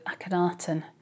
Akhenaten